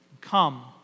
Come